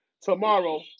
tomorrow